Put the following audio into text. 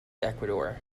ecuador